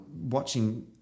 watching